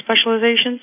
specializations